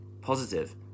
positive